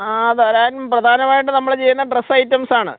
ആ തരാന് പ്രധാനമായിട്ടും നമ്മൾ ചെയ്യുന്നത് ഡ്രസ് ഐറ്റംസാണ്